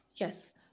Yes